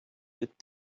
with